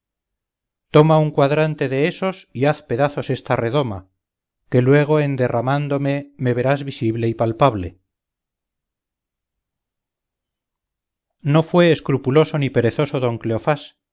toma un cuadrante de esos y haz pedazos esta redoma que luego en derramándome me verás visible y palpable no fué escrupuloso ni perezoso don cleofás